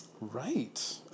Right